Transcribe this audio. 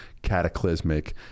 cataclysmic